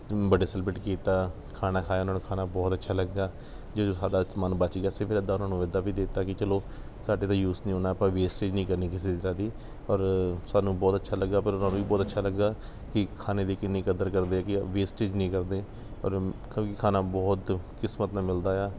birthday celebrate ਕੀਤਾ ਖਾਣਾ ਖਾਇਆ ਉਹਨਾਂ ਨੂੰ ਖਾਣਾ ਬਹੁਤ ਅੱਛਾ ਲੱਗਾ ਜੋ ਜੋ ਸਾਡਾ ਸਮਾਨ ਬੱਚ ਗਿਆ ਅਸੀਂ ਫਿਰ ਅੱਧਾ ਉਹਨਾਂ ਨੂੰ ਇੱਦਾਂ ਵੀ ਦੇ ਤਾ ਕਿ ਚਲੋ ਸਾਡੇ ਤਾਂ ਯੂਜ ਨਹੀਂ ਹੋਣਾ ਆਪਾਂ ਵੇਸਟੇਜ਼ ਨਹੀਂ ਕਰਨੀ ਕਿਸੇ ਤਰ੍ਹਾਂ ਦੀ ਪਰ ਸਾਨੂੰ ਬਹੁਤ ਅੱਛਾ ਲੱਗਾ ਪਰ ਉਹਨਾਂ ਨੂੰ ਵੀ ਬਹੁਤ ਅੱਛਾ ਲੱਗਾ ਕਿ ਖਾਣੇ ਦੀ ਕਿੰਨੀ ਕਦਰ ਕਰਦੇ ਹੈਗੇ ਵੇਸਟੇਜ਼ ਨਹੀਂ ਕਰਦੇ ਪਰ ਕਿਉਂਕਿ ਖਾਣਾ ਬਹੁਤ ਕਿਸਮਤ ਨਾਲ਼ ਮਿਲਦਾ ਆ